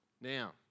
Now